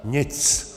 Nic.